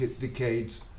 decades